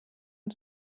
und